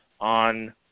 on